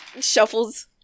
shuffles